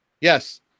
Yes